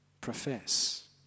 profess